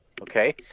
Okay